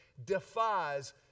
defies